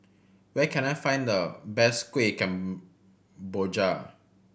where can I find the best Kueh Kemboja